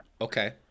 Okay